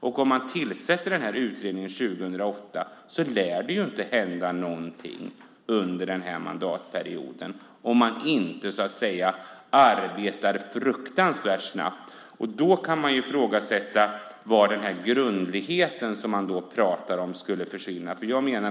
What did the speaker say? Om utredningen tillsätts 2008 lär det inte hända någonting under den här mandatperioden. Då måste utredningen arbeta fruktansvärt snabbt, och då kan man ifrågasätta vart grundligheten tar vägen.